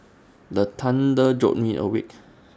the thunder jolt me awake